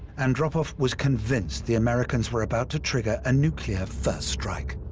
andropov was convinced the americans were about to trigger a nuclear first strike.